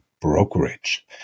brokerage